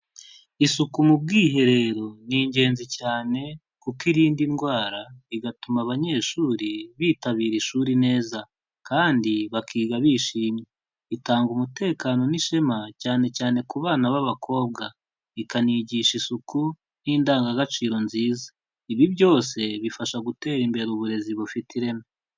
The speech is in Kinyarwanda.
Isuku mu bwiherero ni ingenzi cyane kuko irinda ndwara, igatuma abanyeshuri bitabira ishuri neza kandi bakiga bishimye, itanga umutekano n'ishema cyane cyane ku bana b'abakobwa, ikanigisha isuku n'indangagaciro nziza, ibi byose bifasha guteza imbere uburezi bufite ireme.